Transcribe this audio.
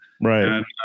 Right